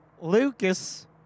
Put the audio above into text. Lucas